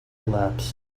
collapsed